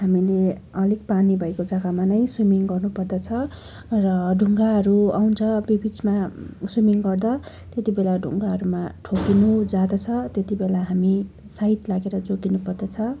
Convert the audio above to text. हामीले अलिक पानी भएको जग्गामा नै स्विमिङ गर्नुपर्दछ र ढुङ्गाहरू आउँछ बिच बिचमा स्विमिङ गर्दा त्यति बेला ढुङ्गाहरूमा ठोकिनु जाँदछ त्यति बेला हामी साइड लागेर जोगिनु पर्दछ